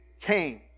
came